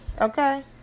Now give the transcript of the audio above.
Okay